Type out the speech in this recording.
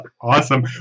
Awesome